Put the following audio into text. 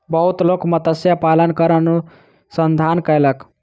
बहुत लोक मत्स्य पालन पर अनुसंधान कयलक